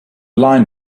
line